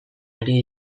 ari